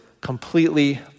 completely